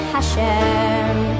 Hashem